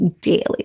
daily